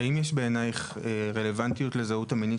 האם בעינייך יש רלוונטיות לזהות המינית